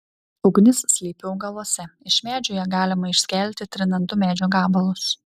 ugnis slypi augaluose iš medžio ją galima išskelti trinant du medžio gabalus